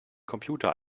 computer